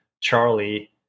Charlie